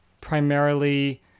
primarily